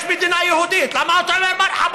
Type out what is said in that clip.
יש מדינה יהודית, למה אתה אומר "מרחבא"?